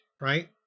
Right